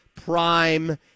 Prime